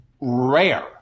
rare